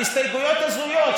אלה הסתייגויות הזויות,